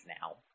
now